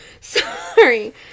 sorry